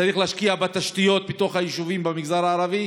וצריך להשקיע בתשתיות בתוך היישובים במגזר הערבי